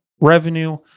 revenue